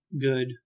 good